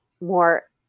more